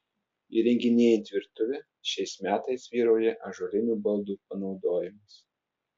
įrenginėjant virtuvę šiais metais vyrauja ąžuolinių baldų panaudojimas